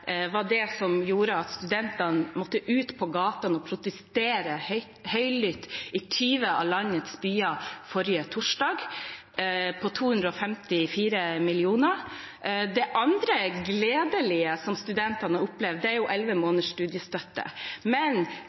var det som gjorde at studentene måtte ut på gatene og protestere høylytt i 20 av landets byer forrige torsdag. Noe som er gledelig, som studentene har opplevd, er 11 måneders studiestøtte. Men